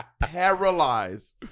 paralyzed